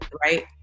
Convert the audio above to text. right